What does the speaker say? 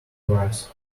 grass